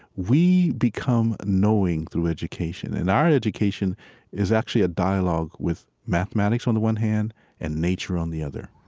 we become knowing through education and our education is actually a dialogue with mathematics on the one hand and nature on the other